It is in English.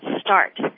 start